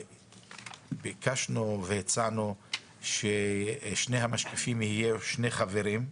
שביקשנו והצענו ששני המשקיפים יהיו שני חברים,